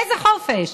איזה חופש?